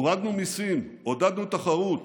הורדנו מיסים, עודדנו תחרות,